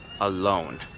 alone